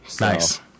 Nice